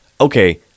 okay